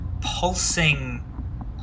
pulsing